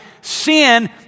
Sin